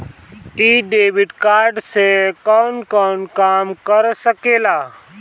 इ debit card से कवन कवन काम कर सकिला?